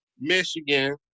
Michigan